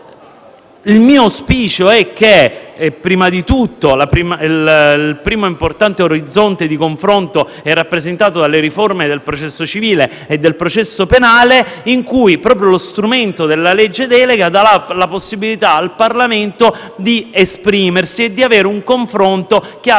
il mio auspicio è che, prima di tutto, il primo importante orizzonte di confronto sia rappresentato dalle riforme del processo civile e del processo penale, dove proprio lo strumento della legge delega darà la possibilità al Parlamento di esprimersi e di avere un confronto nell'ambito